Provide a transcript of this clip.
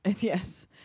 yes